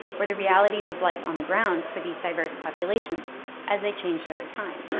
or the realities of life on the ground for these diverse populations as they changed over time.